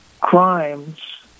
crimes